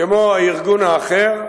כמו הארגון האחר,